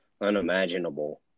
unimaginable